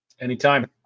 Anytime